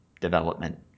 development